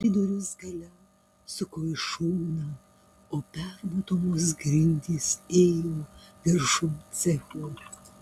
koridorius gale suko į šoną o permatomos grindys ėjo viršum cechų